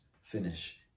finish